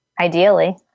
Ideally